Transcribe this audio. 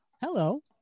hello